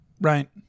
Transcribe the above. Right